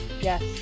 Yes